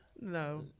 No